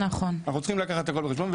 אנחנו צריכים לקחת הכול בחשבון,